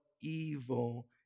evil